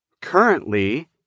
Currently